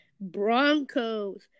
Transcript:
Broncos